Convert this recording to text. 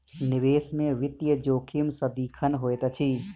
निवेश में वित्तीय जोखिम सदिखन होइत अछि